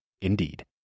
Indeed